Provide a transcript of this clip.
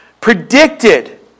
predicted